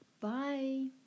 Bye